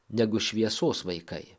negu šviesos vaikai